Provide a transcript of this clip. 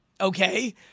Okay